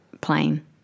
plain